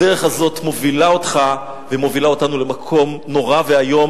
הדרך הזאת מובילה אותך ומובילה אותנו למקום נורא ואיום,